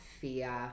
fear